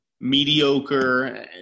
mediocre